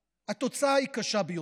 התוצאה היא קשה ביותר.